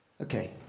Okay